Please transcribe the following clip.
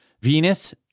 Venus